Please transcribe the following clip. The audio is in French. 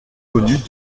connue